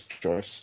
choice